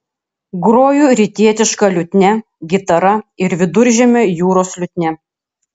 groju rytietiška liutnia gitara ir viduržemio jūros liutnia